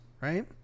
right